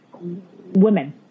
women